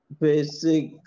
Basic